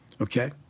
Okay